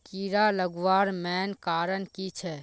कीड़ा लगवार मेन कारण की छे?